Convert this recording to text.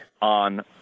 on